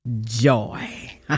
joy